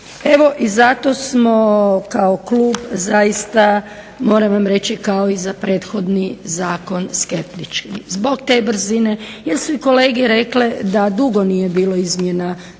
Evo i zato smo kao klub zaista, moram vam reći kao i za prethodni zakon, skeptični. Zbog te brzine jer su i kolege rekle da dugo nije bilo izmjena Zakona